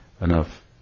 enough